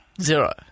Zero